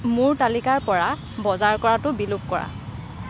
মোৰ তালিকাৰ পৰা বজাৰ কৰাটো বিলোপ কৰা